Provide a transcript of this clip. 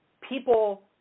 people